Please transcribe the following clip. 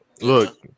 Look